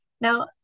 Now